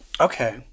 Okay